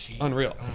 Unreal